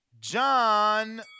John